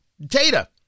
data